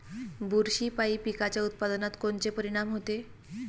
बुरशीपायी पिकाच्या उत्पादनात कोनचे परीनाम होते?